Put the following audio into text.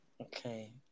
Okay